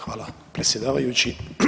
Hvala predsjedavajući.